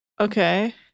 Okay